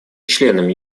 членами